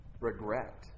regret